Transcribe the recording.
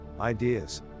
ideas